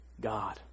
god